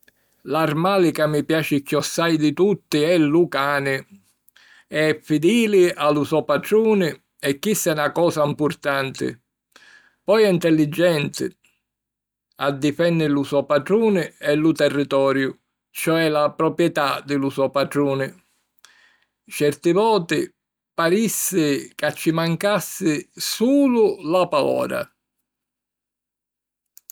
L'armali ca mi piaci chiossai di tutti è lu cani. E' fidili a lu so patruni e chissa è na cosa mpurtanti. Poi, è intelligenti. Addifenni lu so patruni e lu territoriu, cioè la propietà di lu so patruni. Certi voti parissi ca ci mancassi sulu la palora!